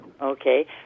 Okay